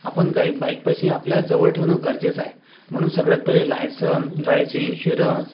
आपण काही बाईकपाशी आपल्याजवळ ठेवणं गरजेचे आहे म्हणून सगळ्यात पहिलं लायसन गाडीची इन्शुरन्स